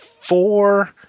four